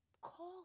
Call